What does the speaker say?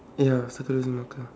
ya circle using marker